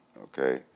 Okay